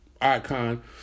icon